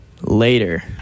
later